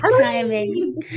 timing